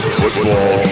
football